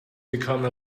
become